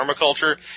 Permaculture